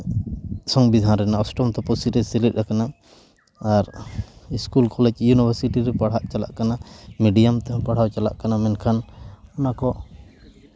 ᱥᱚᱝᱵᱤᱫᱷᱟᱱ ᱨᱮᱱᱟᱜ ᱚᱥᱴᱚᱢ ᱛᱚᱯᱚᱥᱤᱞ ᱨᱮ ᱥᱮᱞᱮᱫ ᱠᱟᱱᱟ ᱟᱨ ᱤᱥᱠᱩᱞ ᱠᱚᱞᱮᱡᱽ ᱭᱩᱱᱤᱵᱷᱟᱨᱥᱤᱴᱤ ᱨᱮ ᱯᱟᱲᱦᱟᱜ ᱪᱟᱞᱟᱜ ᱠᱟᱱᱟ ᱢᱮᱰᱤᱭᱟᱢ ᱛᱮᱦᱚᱸ ᱯᱟᱲᱦᱟᱣ ᱪᱟᱞᱟᱜ ᱠᱟᱱᱟ ᱢᱮᱱᱠᱷᱟᱱ ᱚᱱᱟ ᱠᱚ